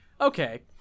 Okay